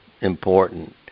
important